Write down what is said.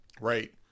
Right